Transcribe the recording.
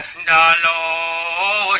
no no,